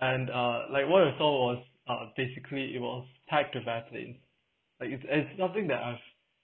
and uh like what I saw was uh basically it was of airplanes like it is nothing that I've